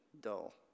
dull